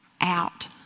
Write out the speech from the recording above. out